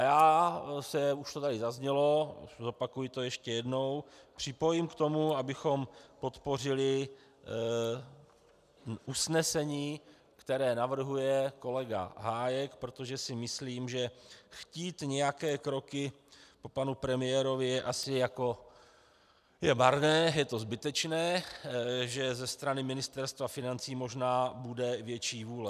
Já se už to tady zaznělo, připomenu to ještě jednou připojím k tomu, abychom podpořili usnesení, které navrhuje kolega Hájek, protože si myslím, že chtít nějaké kroky po panu premiérovi je marné, je to zbytečné, že ze strany Ministerstva financí možná bude větší vůle.